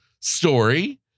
story